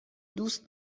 دوست